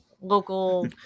local